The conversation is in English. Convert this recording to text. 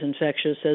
infectious